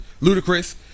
Ludicrous